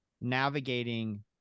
navigating